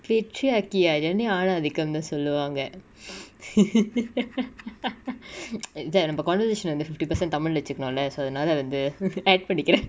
patriarchy ah என்னயு ஆனாதிகம்னு சொல்லுவாங்க:ennayu aanaathikamnu solluvanga இந்தா நம்ம:inthaa namma conversation வந்து:vanthu fifty percent tamil வச்சிகனு:vachikanu lah so அதனால வந்து:athanala vanthu add பன்னிகுர:pannikura